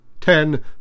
ten